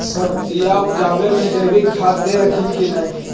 सब्जिया उपजाबे मे जैवीक खाद दे हखिन की नैय?